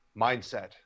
mindset